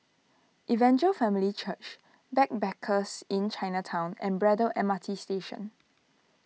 Evangel Family Church Backpackers Inn Chinatown and Braddell M R T Station